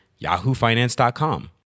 yahoofinance.com